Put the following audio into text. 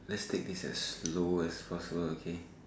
let's take this as slow as possible okay